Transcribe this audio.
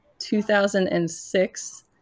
2006